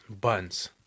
buns